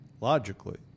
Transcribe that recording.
logically